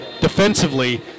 defensively